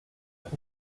coup